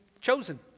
chosen